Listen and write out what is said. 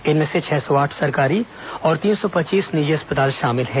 इनमें छह सौ आठ सरकारी और तीन सौ पच्चीस निजी अस्पताल शामिल हैं